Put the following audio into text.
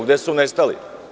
Gde su nestali?